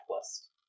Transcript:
list